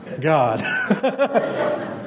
God